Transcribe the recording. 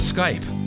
Skype